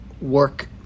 work